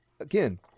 again